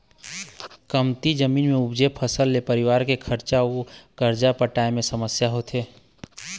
कमती जमीन के उपजे फसल ले परिवार के खरचा अउ करजा पटाए म समस्या होथे